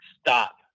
stop